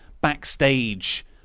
backstage